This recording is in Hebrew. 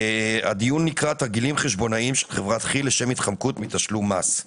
שנקרא "תרגילים חשבונאיים של חברת כי"ל לשם התחמקות מתשלום מס",